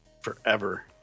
forever